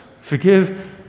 Forgive